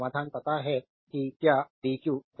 तो समाधान पता है कि यह dq dt